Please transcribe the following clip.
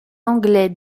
anglais